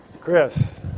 Chris